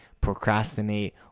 procrastinate